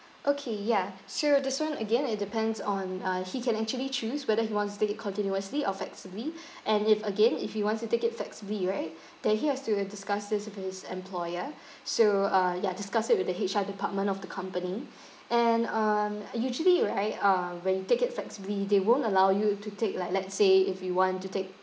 okay yeah so this [one] again it depends on uh he can actually choose whether he wants to take it continuously or flexibly and if again if he wants to take it flexibly right then he has to uh discuss this with his employer so uh ya discuss it with the H_R department of the company and um usually right um when you take it flexibly they won't allow you to take like let's say if you want to take